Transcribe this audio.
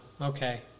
Okay